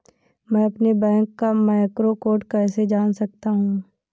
मैं अपने बैंक का मैक्रो कोड कैसे जान सकता हूँ?